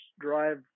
drive